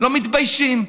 לא מתביישים,